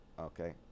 Okay